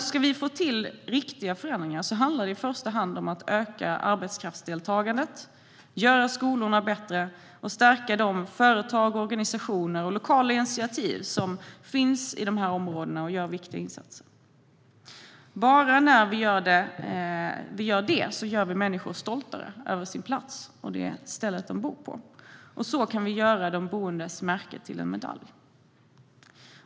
Ska vi få till riktiga förändringar handlar det dock i första hand om att öka arbetskraftsdeltagandet, göra skolorna bättre och stärka de företag, organisationer och lokala initiativ som finns och gör viktiga insatser i dessa områden. Bara när vi gör det gör vi människor stoltare över sin plats och det ställe de bor på, och så kan vi göra de boendes märke till en medalj.